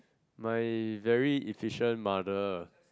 my very efficient mother